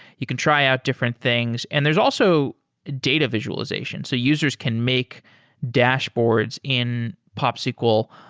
you can try out different things, and there's also data visualization. so users can make dashboards in popsql.